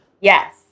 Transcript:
Yes